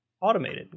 Automated